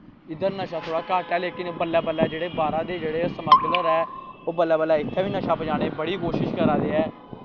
इद्धर नशा जेह्ड़ा घट्ट ऐ लेकिन बल्लै बल्लै जेह्ड़े बाह्रा दे जेह्ड़े समगलर ऐ ओह् बल्लै बल्लै इत्थें बी नशा पजाने दी बड़ी कोशिश करा दे ऐ